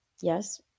yes